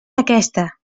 aquesta